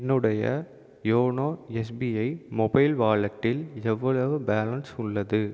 என்னுடைய YONO SBI mobile வாலெட்டில் எவ்வளவு பேலன்ஸ் உள்ளது